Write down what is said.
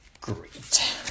Great